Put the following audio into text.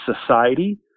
society